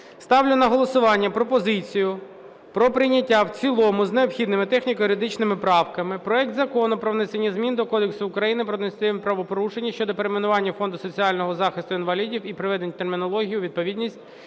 Ставлю на голосування пропозицію про прийняття в цілому з необхідними техніко-юридичними правками проект Закону про внесення змін до Кодексу України про адміністративні правопорушення щодо перейменування Фонду соціального захисту інвалідів і приведення термінології у відповідність